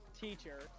teacher